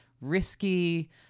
risky